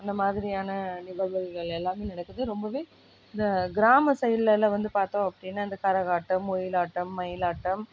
இந்த மாதிரியான நிகழ்வுகள் எல்லாமே நடக்குது ரொம்பவே இந்த கிராம சைடுலெலாம் வந்து பார்த்தோம் அப்படின்னா இந்த கரகாட்டம் ஒயிலாட்டம் மயிலாட்டம்